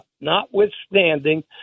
notwithstanding